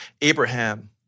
Abraham